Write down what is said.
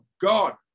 god